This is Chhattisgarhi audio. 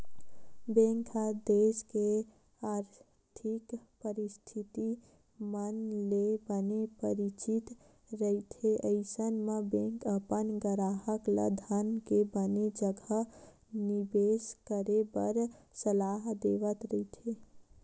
बेंक ह देस के आरथिक परिस्थिति मन ले बने परिचित रहिथे अइसन म बेंक अपन गराहक ल धन के बने जघा निबेस करे बर सलाह देवत रहिथे